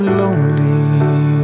lonely